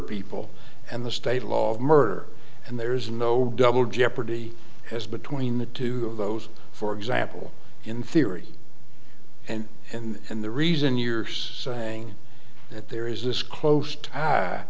people and the state law of murder and there's no double jeopardy as between the two of those for example in theory and and the reason you're saying that there is this close